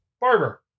barber